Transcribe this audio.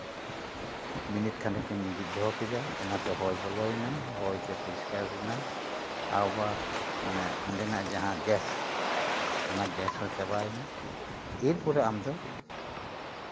minute ᱠᱷᱟᱱᱮᱠ ᱮᱢ ᱡᱷᱤᱡ ᱫᱚᱦᱚ ᱠᱮᱫᱟ ᱚᱱᱟᱛᱮ ᱦᱚᱭ ᱵᱚᱞᱚᱭᱮᱱᱟ ᱦᱚᱭᱛᱮ ᱯᱚᱨᱤᱥᱠᱟᱨ ᱮᱱᱟ ᱟᱵᱟᱨ ᱚᱰᱮᱱᱟᱜ ᱡᱟᱦᱟᱸ ᱜᱮᱥ ᱚᱱᱟ ᱜᱮᱥ ᱦᱚᱸ ᱪᱟᱵᱟᱭᱮᱱᱟ ᱮᱨ ᱯᱚᱨᱮ ᱟᱢ ᱫᱚ